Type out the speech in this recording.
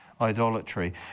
idolatry